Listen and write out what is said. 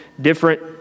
different